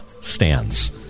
stands